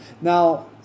Now